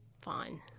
fine